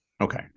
Okay